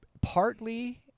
partly